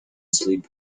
sleep